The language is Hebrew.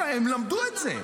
בוא'נה, הם למדו את זה.